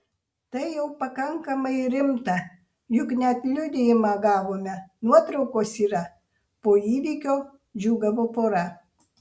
tai jau pakankamai rimta juk net liudijimą gavome nuotraukos yra po įvykio džiūgavo pora